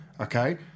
okay